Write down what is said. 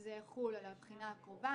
זה יחול על הבחינה הקרובה.